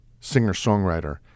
singer-songwriter